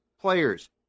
players